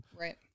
Right